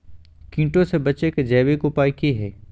कीटों से बचे के जैविक उपाय की हैय?